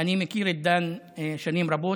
אני מכיר את דן שנים רבות,